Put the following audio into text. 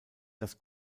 das